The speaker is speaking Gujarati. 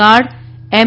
કાર્ડ એમ